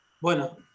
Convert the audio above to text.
bueno